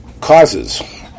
causes